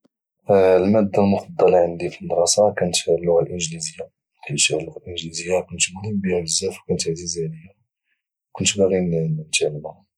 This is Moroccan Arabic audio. الماده المفضله عندي في المدرسه كانت هي اللغه الانجليزيه حيث اللغه الانجليزيه كنت ملم بها بزاف وكانت عزيزة علي وكنت باغي نتعلمها